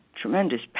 tremendous